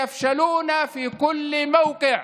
הם ייכשלו בכל מקום.